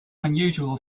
unusual